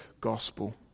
gospel